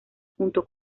junto